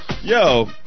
yo